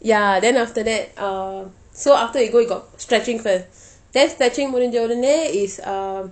ya then after that uh so after you go you got stretching first then stretching முடிஞ்சோனே:mudinjonei is um